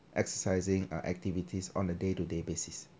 exercising uh activities on a day to day basis